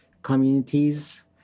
Communities